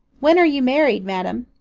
when are you married, madam?